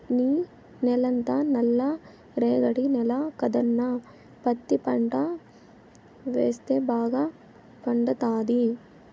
నీ నేలంతా నల్ల రేగడి నేల కదన్నా పత్తి పంట వేస్తే బాగా పండతాది